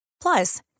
Plus